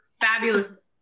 fabulous